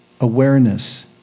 awareness